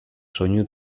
soinu